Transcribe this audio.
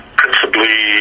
principally